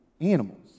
animals